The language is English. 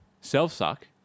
Self-suck